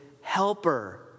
helper